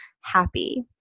happy